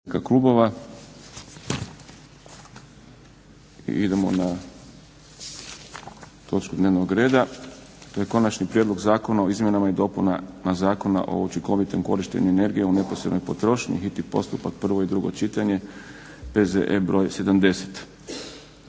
Iidemo na točku dnevnog reda, to je Konačni prijedlog zakona o izmjenama i dopunama Zakona o učinkovitom korištenju energije u neposrednoj potrošnji, hitni postupak, prvo i drugo čitanje, P.Z.E. br. 70.